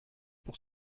pour